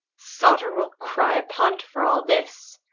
sowter will cry upon t for all this,